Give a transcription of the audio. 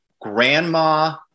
grandma